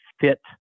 fit